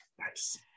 nice